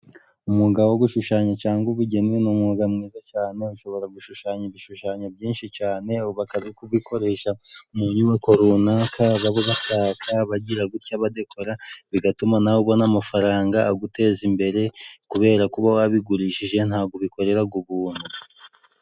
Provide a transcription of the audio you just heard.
Umwuga wo gushushanya cyangwa ubugeni ni umwuga mwiza cyane ushobora gushushanya ibishushanyo byinshi cyane ukabikoresha mu nyubako runaka baba bashaka abagira gutya badakora bigatuma nawe ubona amafaranga aguteza imbere kubera kuba wabigurishije ntabwo ubikorera ubuntu.